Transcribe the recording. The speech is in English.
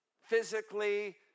physically